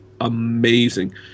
amazing